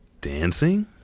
dancing